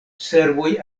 serboj